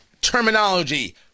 terminology